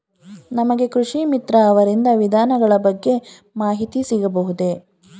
ನಮಗೆ ಕೃಷಿ ಮಿತ್ರ ಅವರಿಂದ ವಿಧಾನಗಳ ಬಗ್ಗೆ ಮಾಹಿತಿ ಸಿಗಬಹುದೇ?